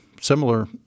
similar